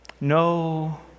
No